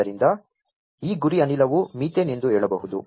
ಆದ್ದರಿಂದ ಈ ಗುರಿ ಅನಿಲವು ಮೀಥೇನ್ ಎಂದು ಹೇಳಬಹುದು